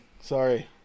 sorry